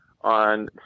on